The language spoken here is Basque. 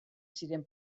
ziren